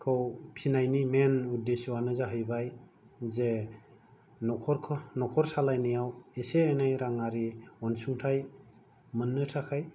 फिनायनि मेन उद्दिस्सआनो जाहैबाय जे न'खरखौ न'खर सालायनायाव एसे एनै राङारि अन्सुंथाय मोननो थाखाय